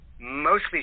Mostly